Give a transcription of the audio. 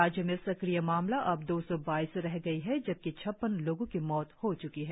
राज्य में सक्रीय मामला अब दो सौ बाईस रह गई है जबकि छप्पन लोगो की मौत हो च्की है